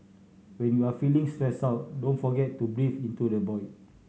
when you are feeling stressed out don't forget to breathe into the void